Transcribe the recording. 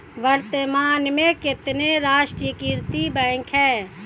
वर्तमान में कितने राष्ट्रीयकृत बैंक है?